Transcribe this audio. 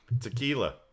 Tequila